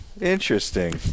interesting